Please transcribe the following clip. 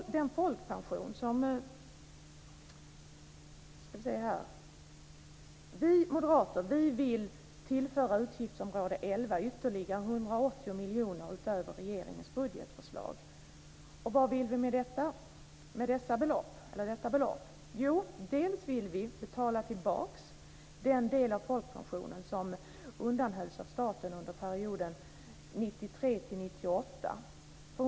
Vi moderater vill tillföra utgiftsområde 11 ytterligare 180 miljoner utöver regeringens budgetförslag. Vad vill vi med detta belopp? Jo, dels vill vi betala tillbaka den del av folkpensionen som undanhölls av staten under perioden 1993-1998.